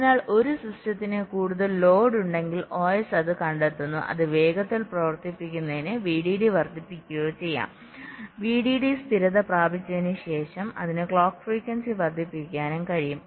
അതിനാൽ ഒരു സിസ്റ്റത്തിന് ക്കൂടുതൽ ലോഡ് ഉണ്ടെങ്കിൽ OS അത് കണ്ടെത്തുന്നു അത് വേഗത്തിൽ പ്രവർത്തിപ്പിക്കുന്നതിന് VDD വർദ്ധിപ്പിക്കുകയോ ചെയ്യാം VDD സ്ഥിരത പ്രാപിച്ചതിന് ശേഷം അതിന് ക്ലോക്ക് ഫ്രീക്വൻസി വർദ്ധിപ്പിക്കാനും കഴിയും